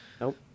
nope